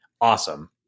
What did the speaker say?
awesome